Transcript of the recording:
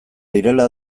direla